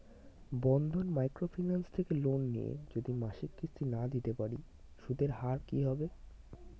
বন্ধন microfinance থেকে loan নিয়ে যদি মাসিক কিস্তি না দিতে পারি সুদের হার কি হবে?